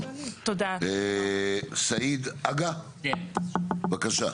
סעיד אגא, בבקשה.